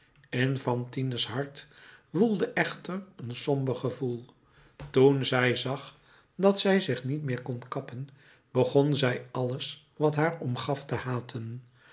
in fantine's hart woelde echter een somber gevoel toen zij zag dat zij zich niet meer kon kappen begon zij alles wat haar omgaf te haten